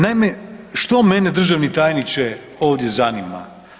Naime, što mene državni tajniče ovdje zanima?